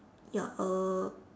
ya uh